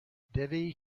devi